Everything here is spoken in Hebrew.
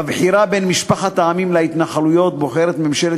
בבחירה בין משפחת העמים להתנחלויות ממשלת